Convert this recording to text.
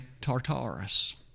Tartarus